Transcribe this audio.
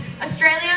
Australia